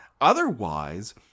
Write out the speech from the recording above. Otherwise